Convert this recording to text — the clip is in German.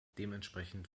dementsprechend